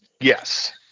Yes